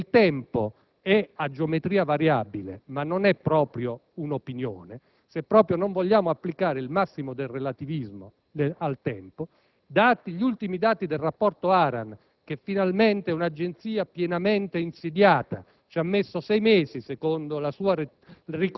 se il tempo è a geometria variabile ma non è proprio un'opinione, se proprio non vogliamo applicare il massimo del relativismo al tempo, gli ultimi dati del rapporto ARAN - Agenzia pienamente insediata che ha impiegato sei mesi, secondo la sua